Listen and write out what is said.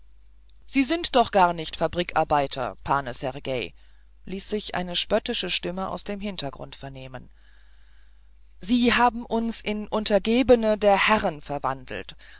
sie sind doch gar nicht fabrikarbeiter pane sergej ließ sich eine spöttische stimme aus dem hintergrund vernehmen sie haben uns in untergebene der herren verwandelt